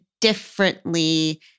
differently